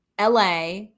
LA